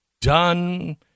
done